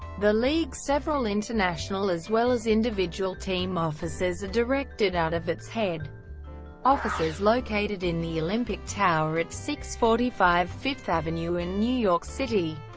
the league's several international as well as individual team offices are directed out of its head offices located in the olympic tower at six hundred forty five fifth avenue in new york city.